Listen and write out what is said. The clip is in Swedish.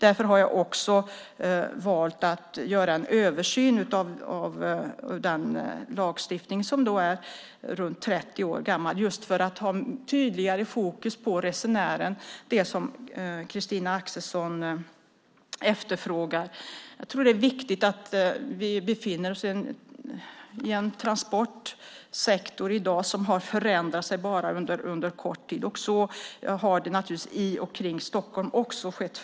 Därför har jag valt att göra en översyn av lagstiftningen, som är runt 30 år gammal, just för att ha tydligare fokus på resenären, det som Christina Axelsson efterfrågar. Vi har i dag en transportsektor som har förändrats under kort tid, och det har naturligtvis skett förändringar i och runt Stockholm.